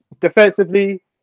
defensively